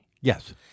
Yes